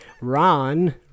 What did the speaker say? ron